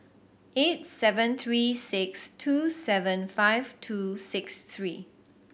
eight seven three six two seven five two six three